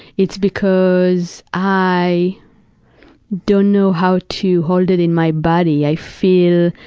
it's because i don't know how to hold it in my body. i feel,